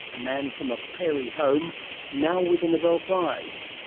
a man from a prairie home now with a nobel prize,